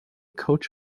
coach